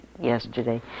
yesterday